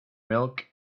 milk